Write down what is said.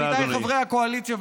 רבותיי חברי הקואליציה,